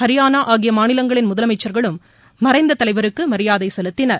ஹரியானா ஆகிய மாநிலங்களின் முதலமைச்சர்களும் மறைந்த தலைவருக்கு மரியாதை செலுத்தினர்